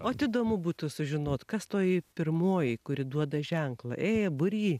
ot įdomu būtų sužinot kas toji pirmoji kuri duoda ženklą ė būry